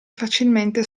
facilmente